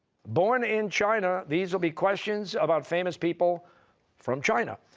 born in china. these will be questions about famous people from china.